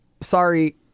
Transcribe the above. sorry